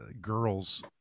Girls